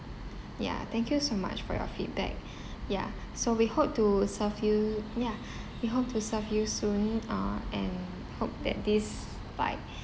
yeah thank you so much for your feedback yeah so we hope to serve you yeah we hope to serve you soon uh and hope that this like